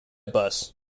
bus